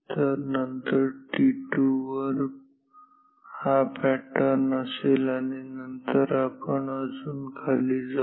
तर नंतर t2 वर हा पॅटर्न असेल आणि नंतर आपण अजून खाली जाऊ